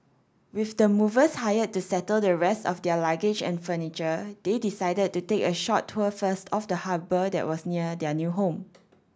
with the movers hired to settle the rest of their luggage and furniture they decided to take a short tour first of the harbour that was near their new home